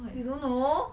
you don't know